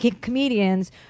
comedians